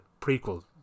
prequel